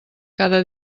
cada